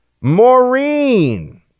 Maureen